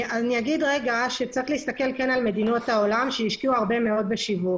יש להסתכל על מדינות העולם שהשקיעו הרבה מאוד בשיווק.